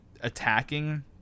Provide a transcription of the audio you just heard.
attacking